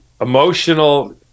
emotional